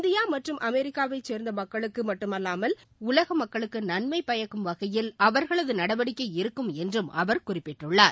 India மற்றம் அமெரிக்காவைச் சேர்ந்த மக்களுக்கு மட்டுமல்லாமல் உலக மக்களுக்கு நன்னம பயக்கும் வகையில் அவர்களது நடவடிக்கை இருக்கும் என்று அவர் குறிப்பிட்டுள்ளார்